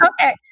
okay